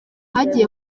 hagiye